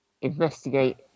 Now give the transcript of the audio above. investigate